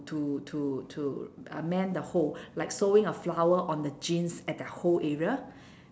to to to uh mend the hole like sewing a flower on the jeans at the hole area